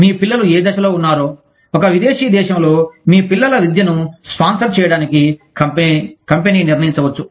మీ పిల్లలు ఏ దశలో ఉన్నారో ఒక విదేశీ దేశంలో మీ పిల్లల విద్యను స్పాన్సర్ చేయడానికి కంపెనీ నిర్ణయించవచ్చు